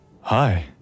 Hi